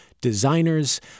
designers